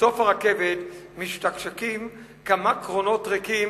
בסוף הרכבת משתקשקים כמה קרונות ריקים